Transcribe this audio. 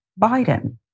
Biden